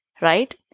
right